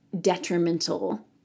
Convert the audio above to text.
detrimental